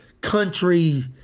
country